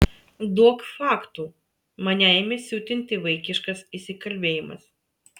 duok faktų mane ėmė siutinti vaikiškas įsikalbėjimas